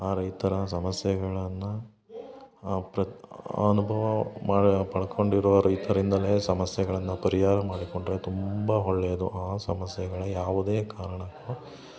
ಆ ರೈತರ ಸಮಸ್ಯೆಗಳನ್ನ ಆ ಪ್ರತಿ ಆ ಅನುಭವ ಮಾಡೊ ಪಡ್ಕೊಂಡಿರೋ ರೈತರಿಂದಲೇ ಸಮಸ್ಯೆಗಳನ್ನ ಪರಿಹಾರ ಮಾಡಿಕೊಂಡರೆ ತುಂಬ ಒಳ್ಳೇದು ಆ ಸಮಸ್ಯೆಗಳ ಯಾವುದೇ ಕಾರಣಕ್ಕು